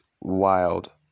wild